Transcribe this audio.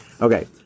Okay